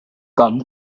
come